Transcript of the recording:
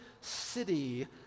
city